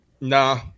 Nah